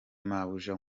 mabuja